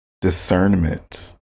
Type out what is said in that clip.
Discernment